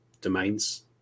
domains